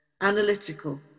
analytical